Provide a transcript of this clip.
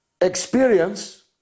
experience